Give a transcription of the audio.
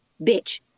bitch